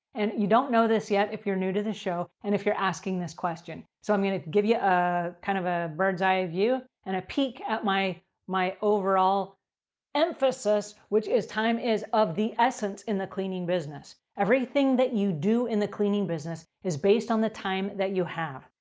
and you don't know this yet, if you're new to the show. and if you're asking this question, so i'm going to give you ah kind of a bird's eye view and a peak at my my overall emphasis, which is time is of the essence in the cleaning business. everything that you do in the cleaning business is based on the time that you have.